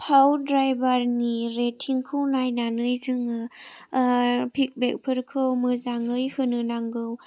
फाव ड्रायभारनि रेटिंखौ नायनानै जोङो फिडबेकफोरखौ मोजाङै होनो नांगौ